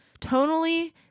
Tonally